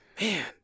Man